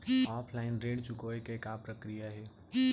Offline ऋण चुकोय के का प्रक्रिया हे?